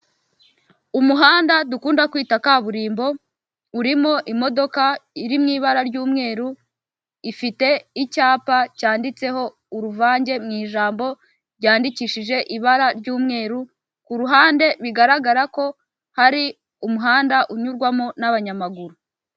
Umuhanda dukunda kwita kaburimbo, urimo imodoka iri mu ibara ry'umweru, ifite icyapa cyanditseho uruvange mu ijambo ryandikishije ibara ry'umweru, ku ruhande bigaragara ko hari umuhanda unyurwamo n'abanyamaguru.